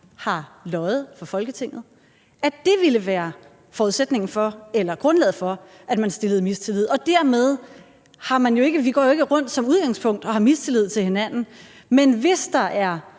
har løjet for Folketinget, ville det være forudsætningen for eller grundlaget for, at man stillede mistillid. Vi går jo ikke rundt som udgangspunkt og har mistillid til hinanden, men hvis der er